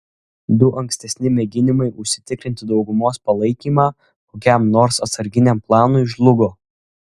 du ankstesni mėginimai užsitikrinti daugumos palaikymą kokiam nors atsarginiam planui žlugo